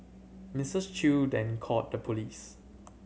Misses Chew then called the police